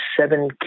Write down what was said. seven